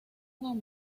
juan